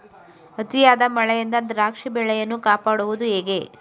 ಅತಿಯಾದ ಮಳೆಯಿಂದ ದ್ರಾಕ್ಷಿ ಬೆಳೆಯನ್ನು ಕಾಪಾಡುವುದು ಹೇಗೆ?